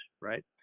right